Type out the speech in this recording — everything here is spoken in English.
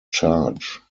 charge